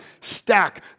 stack